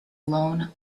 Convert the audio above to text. lone